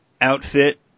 outfit